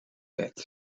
bed